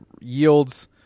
yields